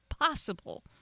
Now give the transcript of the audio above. possible